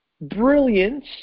brilliance